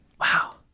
Wow